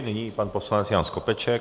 Nyní pan poslanec Jan Skopeček.